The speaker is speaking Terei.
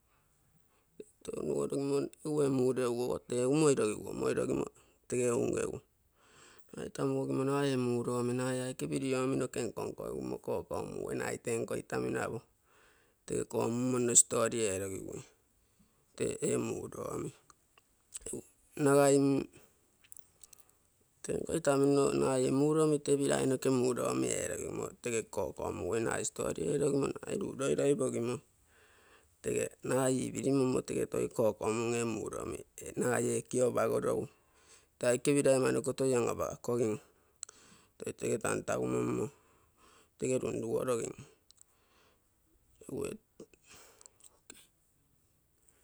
Into tuntugorogimo mureuguo-go tee ung moirogiguo, tege unge nagai tamu gogimogo ee aike pirio omi nko-nko-gimo tege kokomungui, nagai tenko itamino apa tege kommo stori eerogigui tee ee muro omi, egu nagai mm tenko itamino nagai ee muro omi toi pilai omi erogimo toi tege kokomungui nagai luu loiloipogimo tege nagai ipirimo-mmo toi tege kokomun, nagai ekio apagorogui tee aike pilai amanoko toi angapakogim toi tege tantapumommo tege tuntugo-togim.